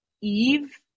Eve